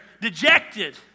dejected